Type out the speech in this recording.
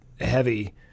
heavy